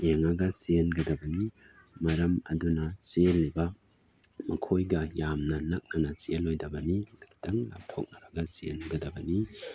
ꯌꯦꯡꯉꯒ ꯆꯦꯟꯒꯗꯕꯅꯤ ꯃꯔꯝ ꯑꯗꯨꯅ ꯆꯦꯜꯂꯤꯕ ꯃꯈꯣꯏꯒ ꯌꯥꯝꯅ ꯅꯛꯅꯅ ꯆꯦꯜꯂꯣꯏꯗꯕꯅꯤ ꯈꯤꯇꯪ ꯂꯥꯞꯊꯣꯛꯅꯔꯒ ꯆꯦꯟꯒꯗꯕꯅꯤ